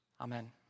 Amen